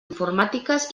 informàtiques